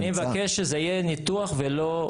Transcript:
אני מבקש שזה יהיה ניתוח ולא,